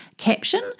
caption